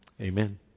Amen